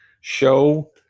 show